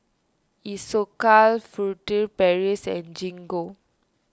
Isocal Furtere Paris and Gingko